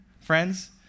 friends